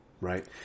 right